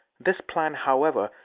this plan, however,